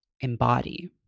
embody